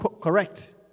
correct